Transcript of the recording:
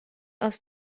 aus